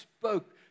spoke